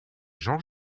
jean